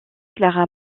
clara